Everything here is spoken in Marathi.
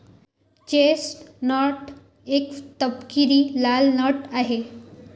चेस्टनट एक तपकिरी लाल नट आहे